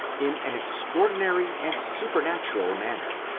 in an extraordinary and supernatural manner,